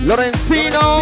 Lorenzino